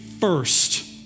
first